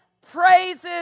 praises